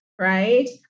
right